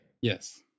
Yes